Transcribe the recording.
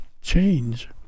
change